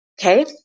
Okay